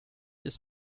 ist